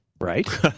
Right